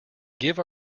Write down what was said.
give